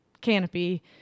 canopy